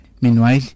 Meanwhile